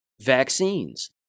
vaccines